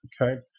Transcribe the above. Okay